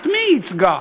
את מי היא ייצגה?